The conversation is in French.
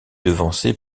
devancé